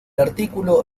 artículo